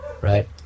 right